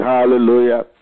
Hallelujah